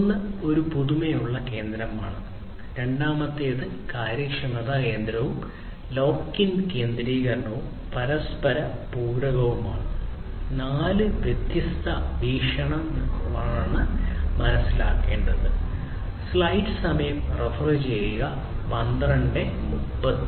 ഒന്ന് പുതുമയുള്ള കേന്ദ്രമാണ് രണ്ടാമത്തേത് കാര്യക്ഷമത കേന്ദ്രവും ലോക്ക് ഇൻ കേന്ദ്രീകരണവും പരസ്പര പൂരകവുമാണ് ഈ നാല് വ്യത്യസ്ത വീക്ഷണങ്ങളാണ് മനസ്സിലാക്കേണ്ടത്